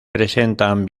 presentan